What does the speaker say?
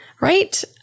Right